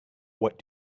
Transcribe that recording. what